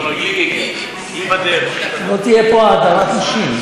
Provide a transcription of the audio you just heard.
שלא תהיה פה הדרת נשים.